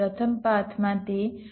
પ્રથમ પાથમાં તે 2 વત્તા 0